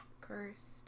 Cursed